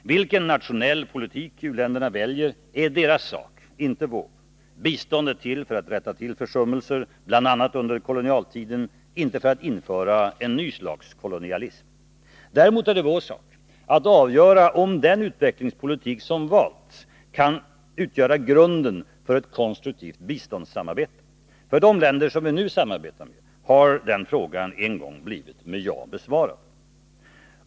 Vilken nationell politik u-länderna väljer är deras sak, inte vår. Bistånd är till för att rätta till försummelser bl.a. under kolonialtiden, inte för att införa ett nytt slags kolonialism. Däremot är det vår sak att avgöra om den utvecklingspolitik som valts kan utgöra grunden för ett konstruktivt biståndssamarbete. För de länder som vi nu samarbetar med har den frågan en gång blivit med ja besvarad.